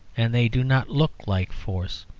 and they do not look like force.